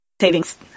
savings